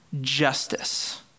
justice